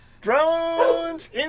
Drones